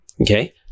okay